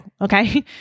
okay